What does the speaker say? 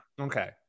Okay